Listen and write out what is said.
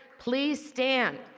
please stand.